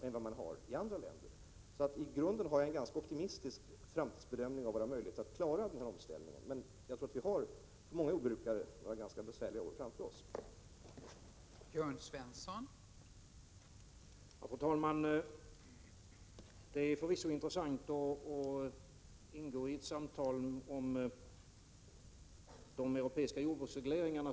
I grunden har jag alltså en ganska optimistisk syn på våra framtida möjligheter att klara denna omställning, men jag tror att den kommer att medföra några ganska besvärliga år framöver för många jordbrukare.